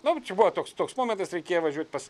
nu čia buvo toks toks momentas reikėjo važiuot pas